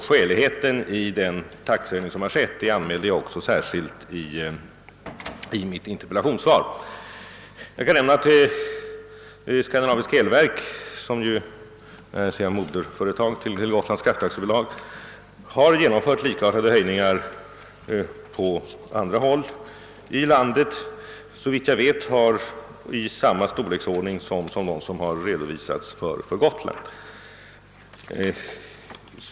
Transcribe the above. Detta anmälde jag också särskilt i mitt interpellationssvar. Men jag kan nämna att AB Skandinaviska elverk, som är moderföretag till Gotlands Kraftverk, har på andra håll i vårt land genomfört höjningar av samma storleksordning som de som redovisats för Gotland.